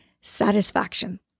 satisfaction